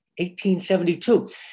1872